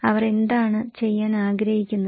അവർ എന്താണ് ചെയ്യാൻ ആഗ്രഹിക്കുന്നത്